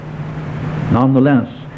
Nonetheless